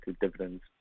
dividends